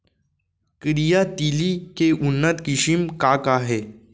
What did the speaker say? करिया तिलि के उन्नत किसिम का का हे?